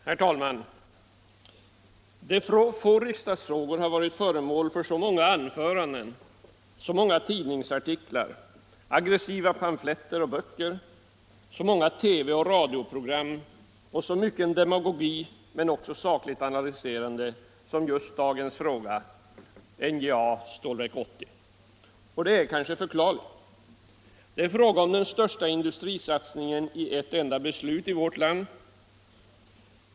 Herr talman! Få riksdagsfrågor har varit föremål för så många anföranden, så många tidningsartiklar, aggressiva pamfletter och böcker, så många TV och radioprogram, så mycken demagogi, men också sakligt analyserande, som just dagens fråga: NJA/Stålverk 80. Det är kanske förklarligt. Det är fråga om den största industrisatsningen i vårt land som företas genom ett enda beslut.